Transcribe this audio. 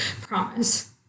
promise